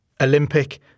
Olympic